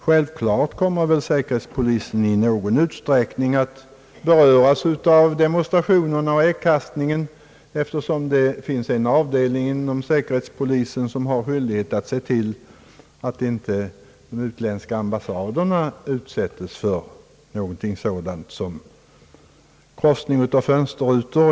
Självklart kommer väl säkerhetspolisen i någon utsträckning att beröras av demonstrationer och äggkastning, eftersom det finns en avdelning av säkerhetspolisen, som har skyldighet att se till att inte de utländska ambassaderna utsätts för någonting sådant som krossning av fönsterrutor.